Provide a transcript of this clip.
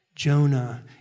Jonah